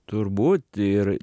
turbūt ir